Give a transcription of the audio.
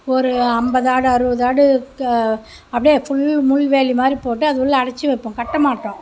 ஒரு ஐம்பது ஆடு அறுபது ஆடு அப்படியே ஃபுல் முள்வேலி மாதிரி போட்டு அது உள்ளே அடைச்சி வைப்போம் கட்ட மாட்டோம்